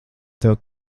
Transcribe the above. tev